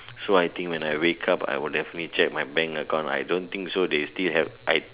so I think when I wake up I will definitely check my bank account I don't think so they still have I